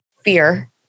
fear